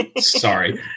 Sorry